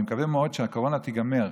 אני מקווה מאוד שהקורונה תיגמר,